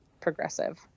progressive